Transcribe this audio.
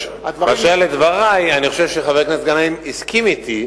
באשר לדברי, אני חושב שחבר הכנסת גנאים הסכים אתי,